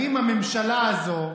האם הממשלה הזאת,